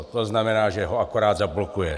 To znamená, že ho akorát zablokuje.